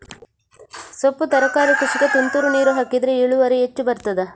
ಸೊಪ್ಪು ತರಕಾರಿ ಕೃಷಿಗೆ ತುಂತುರು ನೀರು ಹಾಕಿದ್ರೆ ಇಳುವರಿ ಹೆಚ್ಚು ಬರ್ತದ?